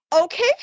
okay